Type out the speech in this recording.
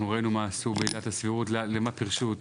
ראינו מה עשו עם עילת הסבירות ואיך פירשו אותה.